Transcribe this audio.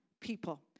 people